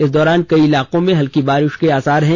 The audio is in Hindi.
इस दौरान कई इलाके में हल्की वर्षा के आसार हैं